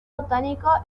botánico